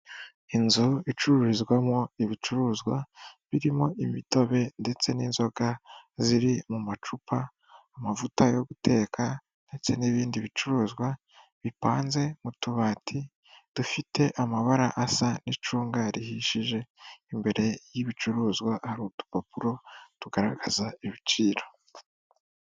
Inzu icururizwamo ibicuruzwa birimo imitobe ndetse n'inzoga ziri mu macupa, amavuta yo guteka ndetse n'ibindi bicuruzwa bipanze mu tubati dufite amabara asa n'icunga rihishije, imbere y'ibicuruzwa hari udupapuro tugaragaza ibiciro.